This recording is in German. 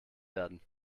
werden